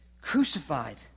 Crucified